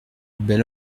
bel